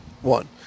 One